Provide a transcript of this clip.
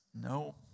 No